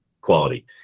quality